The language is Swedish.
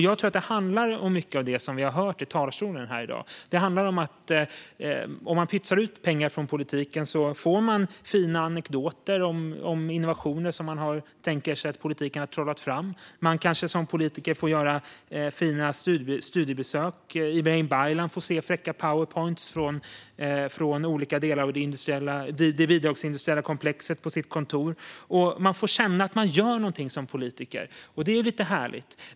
Jag tror att det handlar om mycket av det som vi hört från talarstolen här i dag. Det handlar om att om man pytsar ut pengar från politikens sida får man fina anekdoter om innovationer som man tänker sig att politiken har trollat fram. Som politiker kanske man får göra fina studiebesök. Ibrahim Baylan får se fräcka Powerpointpresentationer från olika delar av det bidragsindustriella komplexet på sitt kontor. Man får känna att man gör något som politiker, och det är ju lite härligt.